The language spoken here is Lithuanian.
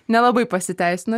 nelabai pasiteisino